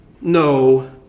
No